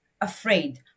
afraid